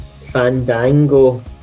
Fandango